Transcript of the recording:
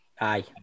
Aye